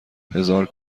هزار